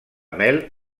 mel